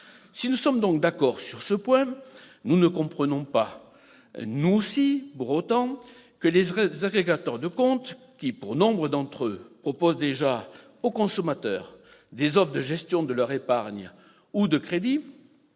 Si nous sommes donc d'accord sur ce point, nous ne comprenons pas pour autant, nous non plus, que les agrégateurs de comptes, dont nombre d'entre eux proposent déjà aux consommateurs des offres de gestion de leur épargne ou de crédit,